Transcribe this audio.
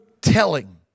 telling